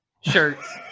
shirts